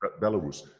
Belarus